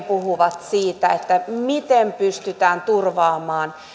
puhuvat siitä että miten pystytään turvaamaan